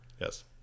Yes